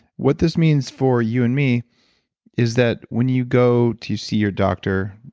what this means for you and me is that when you go to see your doctor,